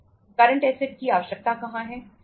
current asset की आवश्यकता कहां है